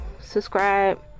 subscribe